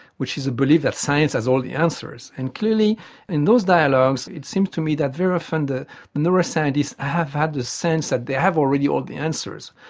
which is a belief that science has all the answers, and clearly in those dialogues it seems to me that very often the neuroscientists have had the sense that they have already all the answers.